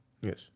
Yes